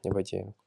nyabagendwa.